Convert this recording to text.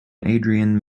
adrian